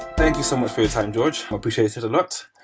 thank you so much for your time, george. i appreciate it a lot.